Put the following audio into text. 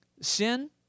sin